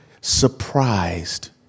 surprised